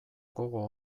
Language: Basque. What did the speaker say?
gogo